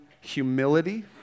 humility